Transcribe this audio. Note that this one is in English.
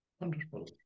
Wonderful